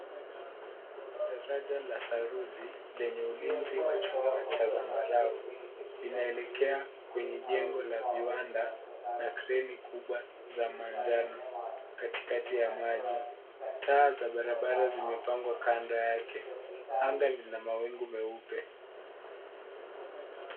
Daraja la saruji lenye ulinzi za chuma cha sambarau linaelekea kwenye jengo la viwanda na kreni kubwa za manjano katika ya maji. Taa za barabara zimepangwa kando yake. Angaa lina mawingu meupe.